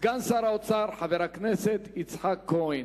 סגן שר האוצר, חבר הכנסת יצחק כהן.